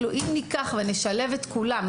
אם ניקח ונשלב את כולם,